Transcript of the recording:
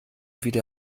wieder